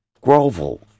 grovel